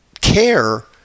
CARE